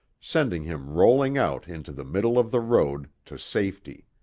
sending him rolling out into the middle of the road, to safety.